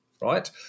right